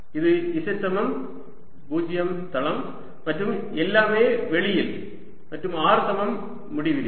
இது z சமம் 0 தளம் மற்றும் எல்லாமே வெளியில் மற்றும் r சமம் முடிவிலியில்